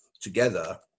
together